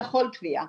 לכל תביעה.